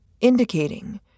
indicating